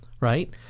right